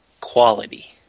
quality